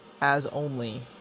as-only